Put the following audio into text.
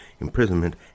imprisonment